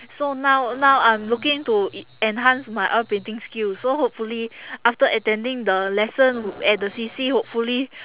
so now now I'm looking to e~ enhance my oil painting skills so hopefully after attending the lesson at the C_C hopefully